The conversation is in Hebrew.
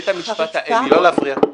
לא להפריע.